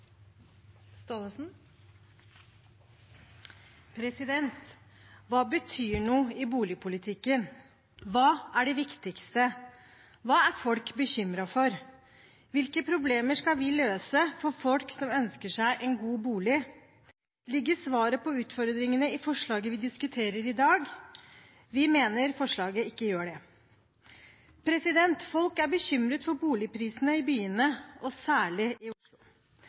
det viktigste? Hva er folk bekymret for? Hvilke problemer skal vi løse for folk som ønsker seg en god bolig? Ligger svaret på utfordringene i forslaget vi diskuterer i dag? Vi mener det ikke gjør det. Folk er bekymret for boligprisene i byene, og særlig i Oslo.